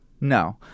No